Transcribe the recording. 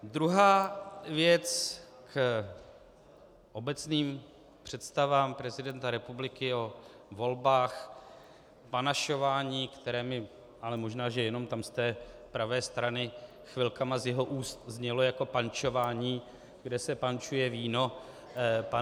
Druhá věc k obecným představám prezidenta republiky o volbách, panašování, které mi ale možná že jenom tam z té pravé strany chvilkami z jeho úst znělo jako pančování, kde se pančuje víno.